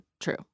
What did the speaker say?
true